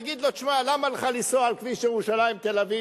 נגיד לו: למה לך לנסוע על כביש ירושלים תל-אביב,